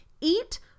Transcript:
eat